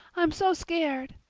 i'm so scared!